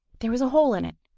there was a hole in it!